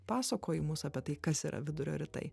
pasakojimus apie tai kas yra vidurio rytai